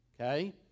okay